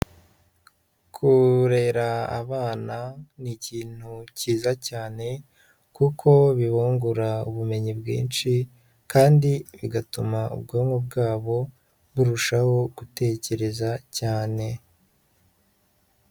Kurera abana ni ikintu cyiza cyane, kuko bibungura ubumenyi bwinshi kandi bigatuma ubwonko bwabo burushaho gutekereza cyane.